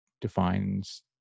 defines